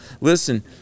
Listen